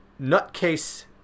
nutcase